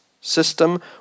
system